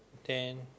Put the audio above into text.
then